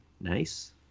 nice